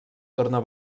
torna